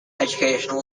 educational